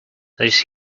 this